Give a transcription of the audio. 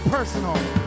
personal